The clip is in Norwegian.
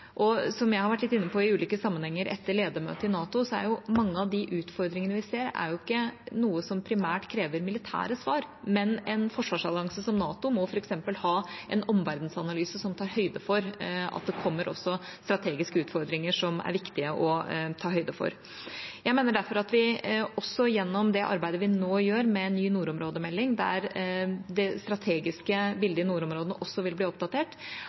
Som jeg har vært litt inne på i ulike sammenhenger etter ledermøtet i NATO, er jo mange av de utfordringene vi ser, ikke noe som primært krever militære svar, men en forsvarsallianse som NATO må f.eks. ha en omverdensanalyse som tar høyde for at det også kommer strategiske utfordringer som er viktige å ta høyde for. Jeg mener derfor at vi også gjennom det arbeidet vi nå gjør med en ny nordområdemelding, der det strategiske bildet av nordområdene også vil bli oppdatert,